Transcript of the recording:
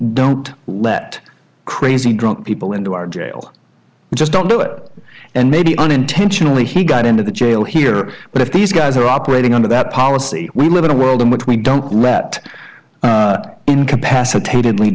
don't let crazy drunk people into our jail just don't do it and maybe unintentionally he got into the jail here but if these guys are operating under that policy we live in a world in which we don't let incapacitated